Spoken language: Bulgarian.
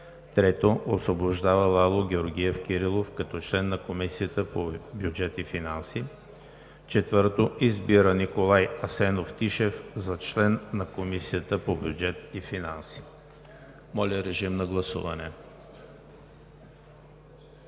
3. Освобождава Лало Георгиев Кирилов като член на Комисията по бюджет и финанси. 4. Избира Николай Асенов Тишев за член на Комисията по бюджет и финанси.“ Моля, режим на гласуване.